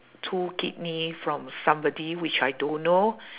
two kidney from somebody which I don't know